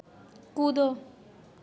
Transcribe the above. कूदो